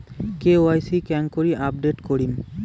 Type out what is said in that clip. KYC কেঙ্গকরি update করিম?